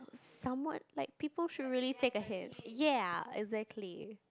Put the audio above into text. someone like people should really take ahead ya exactly